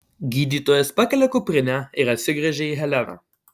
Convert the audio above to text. gydytojas pakelia kuprinę ir atsigręžia į heleną